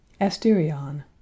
Asterion